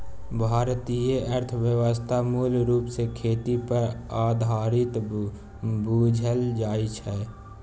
भारतीय अर्थव्यवस्था मूल रूप सँ खेती पर आधारित बुझल जाइ छै